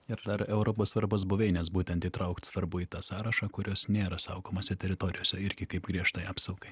ir dar europos svarbos buveines būtent įtraukt svarbu į tą sąrašą kurios nėra saugomose teritorijose irgi kaip griežtai apsaugai